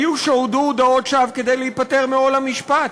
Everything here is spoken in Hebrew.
היו שהודו הודאות שווא כדי להיפטר מעול המשפט,